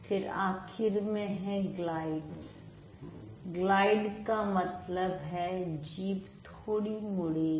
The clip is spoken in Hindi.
फिर आखिर में है ग्लाइड ग्लाइड का मतलब है जीभ थोड़ी मुड़ेगी